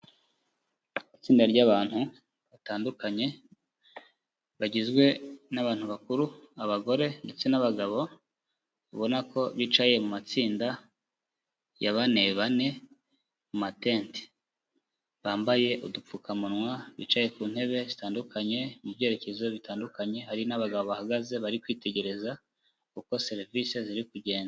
Itsinda ry'abantu batandukanye, bagizwe n'abantu bakuru, abagore ndetse n'abagabo, ubona ko bicaye mu matsinda ya bane bane, mu matente. Bambaye udupfukamunwa, bicaye ku ntebe zitandukanye, mu byerekezo bitandukanye; hari n'abagabo bahagaze bari kwitegereza uko serivisi ziri kugenda.